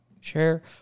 share